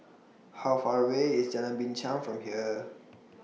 How Far away IS Jalan Binchang from here